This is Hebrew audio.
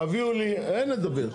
אין לדבר.